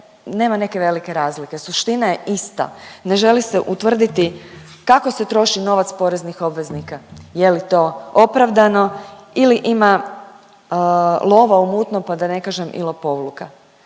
nema neke velike razlike, suština je ista, ne želi se utvrditi kako se troši novac poraznih obveznika, je li to opravdano ili ima lova u mutnom, pa da ne kažem i lopovluka.